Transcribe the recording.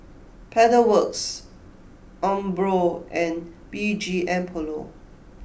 Pedal Works Umbro and B G M Polo